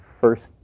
first